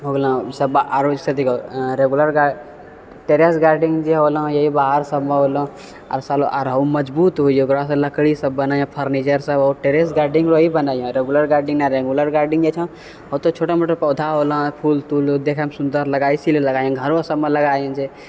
हो गेलऽ सब आर ऐसे देखऽ रेगुलर गार्डनिंग टेरेस गार्डनिंग जे होलऽ यही बाहर सबमे होलौं आर सब मजबूत होइ हँ ओकरासँ लकड़ी सब बनै फर्निचर सब टेरेस गार्डनिंग वही बनै हँ रेगुलर गार्डनिंग ने रेगुलर गार्डनिंग जे छऽ ओ तऽ छोटा मोटा पौधा होलौं फूल तूल देखैमे सुन्दर लगाबै छियै घरो सबमे लगाबै छै